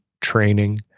training